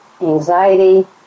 anxiety